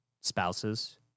spouses